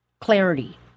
clarity